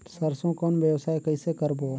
सरसो कौन व्यवसाय कइसे करबो?